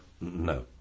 no